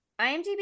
IMDB